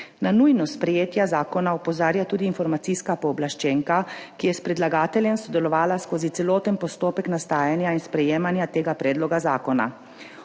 Na nujnost sprejetja zakona opozarja tudi informacijska pooblaščenka, ki je s predlagateljem sodelovala skozi celoten postopek nastajanja in sprejemanja tega predloga zakona.